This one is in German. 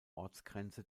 ostgrenze